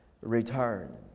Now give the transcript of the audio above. return